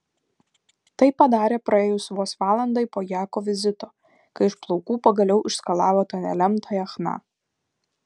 tai padarė praėjus vos valandai po jako vizito kai iš plaukų pagaliau išskalavo tą nelemtąją chna